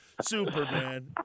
Superman